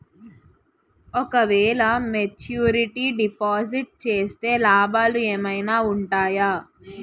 ఓ క వేల maturity deposit చేస్తే లాభాలు ఏమైనా ఉంటాయా?